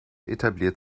etabliert